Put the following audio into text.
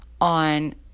on